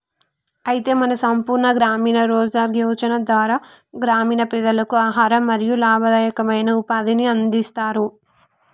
అయితే మన సంపూర్ణ గ్రామీణ రోజ్గార్ యోజన ధార గ్రామీణ పెదలకు ఆహారం మరియు లాభదాయకమైన ఉపాధిని అందిస్తారు